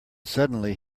suddenly